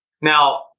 Now